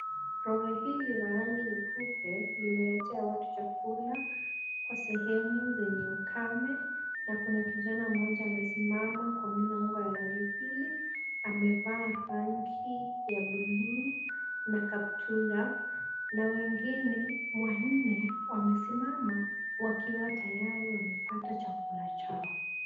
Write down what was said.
Lori hili la rangi nyeupe limeletea watu chakula kwa sehemu zenye ukame na kuna kijana mmoja aliyesimama kwa mlango ya lori hili amevaa rangi ya bluu na kaptura na wengine wanne wamesimama wakiwa tayari wamepata chakula chao.